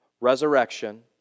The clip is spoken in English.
Resurrection